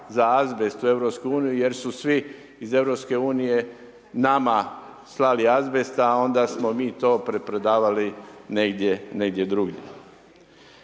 su svi iz Europske unije nama slali azbest, a onda smo mi to preprodavali negdje drugdje.